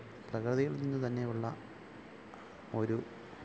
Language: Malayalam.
പ്രകൃതിയില് നിന്ന് തന്നെയുള്ള ഒരു